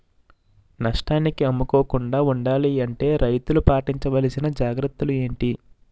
నష్టానికి అమ్ముకోకుండా ఉండాలి అంటే రైతులు పాటించవలిసిన జాగ్రత్తలు ఏంటి